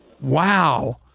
Wow